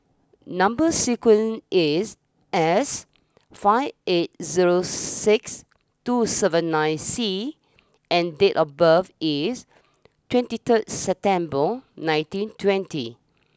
number sequence is S five eight zero six two seven nine C and date of birth is twenty third September nineteen twenty